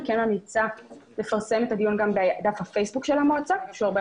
אני כן ממליצה לפרסם את הדיון גם בדף הפייסבוק של המועצה שהרבה